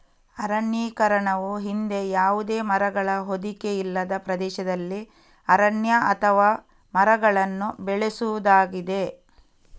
ಅರಣ್ಯೀಕರಣವು ಹಿಂದೆ ಯಾವುದೇ ಮರಗಳ ಹೊದಿಕೆ ಇಲ್ಲದ ಪ್ರದೇಶದಲ್ಲಿ ಅರಣ್ಯ ಅಥವಾ ಮರಗಳನ್ನು ಬೆಳೆಸುವುದಾಗಿದೆ